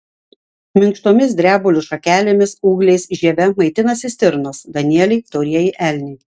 minkštomis drebulių šakelėmis ūgliais žieve maitinasi stirnos danieliai taurieji elniai